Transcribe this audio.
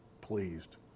pleased